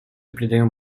придаем